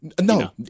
No